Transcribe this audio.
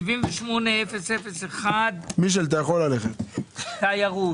פנייה 78001 78001. תיירות.